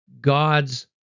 God's